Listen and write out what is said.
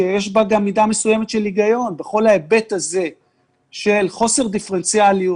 שיש בה גם מידה מסוימת של היגיון בכל ההיבט הזה של חוסר דיפרנציאליות